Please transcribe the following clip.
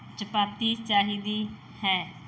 ਚਪਾਤੀ ਚਾਹੀਦੀ ਹੈ